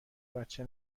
بچه